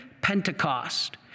Pentecost